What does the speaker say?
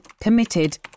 committed